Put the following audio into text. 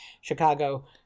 Chicago